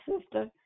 Sister